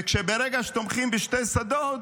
וברגע שתומכים בשני שדות,